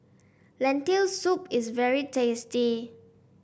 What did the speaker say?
Lentil Soup is very tasty